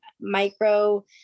micro